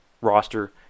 roster